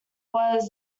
was